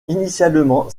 initialement